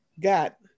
got